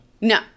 No